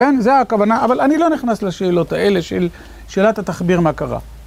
כן, זו הכוונה, אבל אני לא נכנס לשאלות האלה, שאלת התחביר מה קרה.